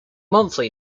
monthly